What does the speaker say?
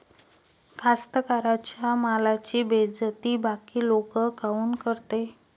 कास्तकाराइच्या मालाची बेइज्जती बाकी लोक काऊन करते?